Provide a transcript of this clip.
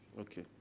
Okay